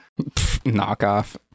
Knockoff